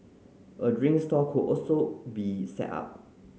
a drink stall could also be set up